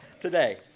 today